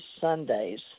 Sundays